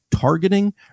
targeting